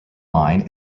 line